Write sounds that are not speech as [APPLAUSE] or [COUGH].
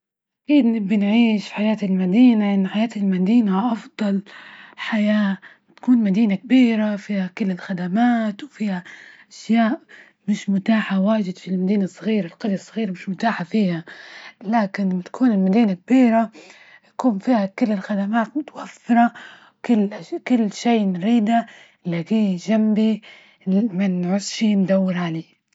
أكيد نبي نعيش حياة المدينة، إن حياة المدينة أفضل حياة تكون مدينة كبيرة فيها كل الخدمات، وفيها أشياء مش متاحة واجد في المدينة الصغيرة، القرية الصغيرة مش متاحة فيها، لكن تكون المدينة كبيرة، يكون فيها كل الخدمات متوفرة ،وكل [HESITATION] كل شي نريدة يكون جمبي منعوزشي ندور علية.